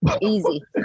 Easy